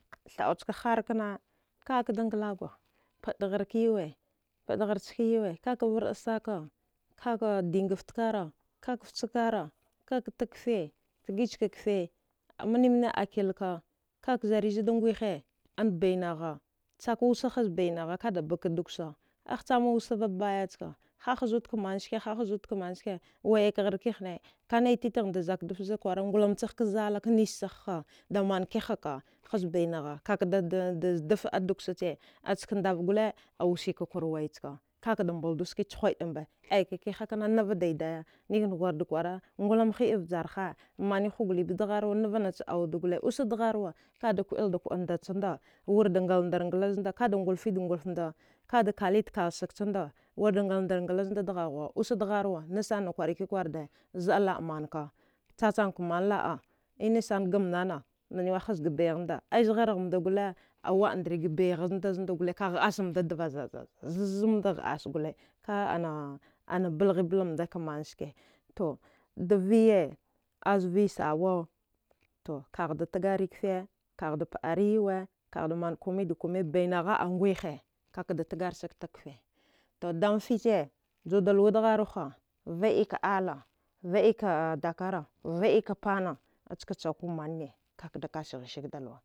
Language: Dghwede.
Thaəauchka harkna kaəkadan nglawa paədagharka yauwe paəgharchka yauwe kaka varəa saka kaka dagafta kara kaka fcka kara kaka tag kfe tgichka kfe manimanne akilka kaka zarizadan ngwihe ngbainagha chaka wusa hazbainagha kada baka duksa agchama wusava baya ska hahazudka manske hahazudkamanske wayakgharkihane kanai titaghnada zakdafza kwakwara ngolamchaka zala knischagh ha damakihaka hazbainagha kakada da zdafa guksache aska ndav gole ausika kurwai chka kakada mbaldu ske chugheəamba kihakna nava daidaya nikna kwarwud kwara ngulam hiəa vjarha maniwha goliba dgharwa navanacha auwuda gole usa dgharwa kada kwailda kuəa ndachanda wirda ngaldar nglavnda kada ngulfid ngulfda kada kalidkal sagchanda wida ngalndar nglavda dghaughuwa usa dgharwa nasanana kwarakikwar wuda zəa laə manka chachamka man la. a inasan gamnana maniwa hazga baighannda ai zgharghamda gole awaəandriga baighannda zanda gole aghəassamda ndvazazaz zamda ghəas gole ka. ana ana bighblamdak manske todaviya azvi sawa kaghda tgari kfe kaghda pəari yauwa daghda mankumida kume bainagha nguwihe kaghda tgarsag fke to damfiche juda luwa dgharwaha vaəika ala vaəika dakara vaəika pana aska chaku manne kakadaka sghasagda luwa.